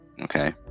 Okay